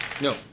No